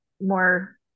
more